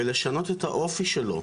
ולשנות את האופי שלו.